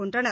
கொன்றனர்